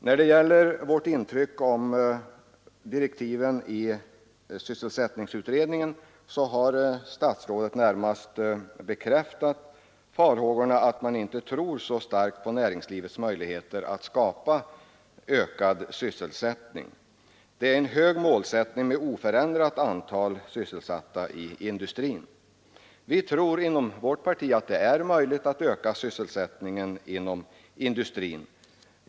När det gäller vårt intryck av direktiven till sysselsättningsutredningen har statsrådet närmast bekräftat farhågorna när det gäller näringslivets möjligheter att skapa ökad sysselsättning. Det är en hög målsättning att ha oförändrat antal sysselsatta i industrin. Vi tror inom vårt parti att det är möjligt att öka sysselsättningen inom industrin.